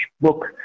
book